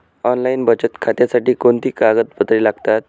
Online बचत खात्यासाठी कोणती कागदपत्रे लागतात?